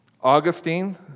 Augustine